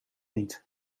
niet